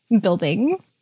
building